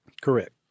Correct